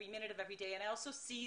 כל רגע, אני רואה